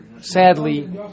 sadly